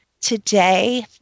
Today